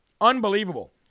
Unbelievable